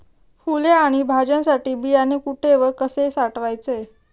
फुले आणि भाज्यांसाठी बियाणे कुठे व कसे साठवायचे?